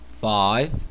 Five